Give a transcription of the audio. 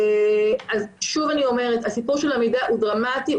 אני אומרת שהסיפור של המידע הוא דרמטי,